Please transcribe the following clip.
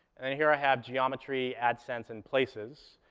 and here i have geometry, adsense and places,